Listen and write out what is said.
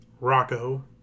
Rocco